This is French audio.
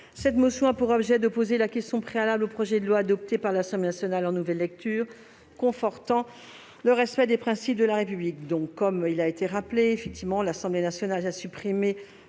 cette motion a pour objet d'opposer la question préalable au projet de loi, adopté par l'Assemblée nationale en nouvelle lecture, confortant le respect des principes de la République. En nouvelle lecture, l'Assemblée nationale a supprimé